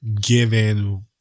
given